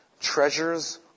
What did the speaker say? treasures